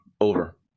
Over